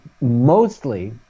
mostly